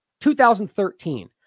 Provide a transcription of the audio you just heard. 2013